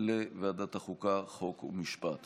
לוועדת החוקה, חוק ומשפט